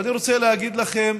ואני רוצה להגיד לכם,